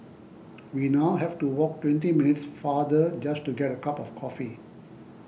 we now have to walk twenty minutes farther just to get a cup of coffee